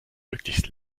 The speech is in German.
möglichst